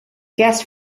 guest